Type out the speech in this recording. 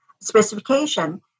specification